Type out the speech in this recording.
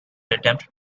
attempt